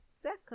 second